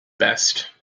best